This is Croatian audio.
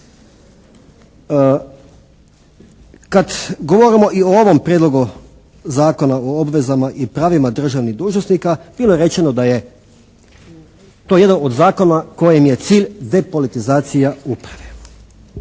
Kad govorimo i o ovom Prijedlogu zakona o obvezama i pravima državnih dužnosnika bilo je rečeno da je to jedan od zakona kojem je cilj depolitizacija uprave.